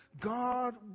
God